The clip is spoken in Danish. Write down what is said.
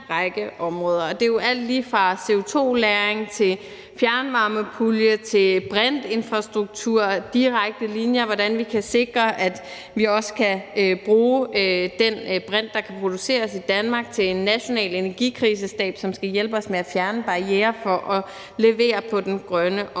Det er jo alt lige fra CO2-lagring til fjernvarmepulje til brintinfrastruktur, direkte linjer, og hvordan vi kan sikre, at vi også kan bruge den brint, der kan produceres i Danmark, til en national energikrisestab, som skal hjælpe os med at fjerne barrierer for at levere på den grønne